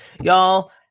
Y'all